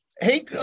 Hey